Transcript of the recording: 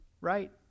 right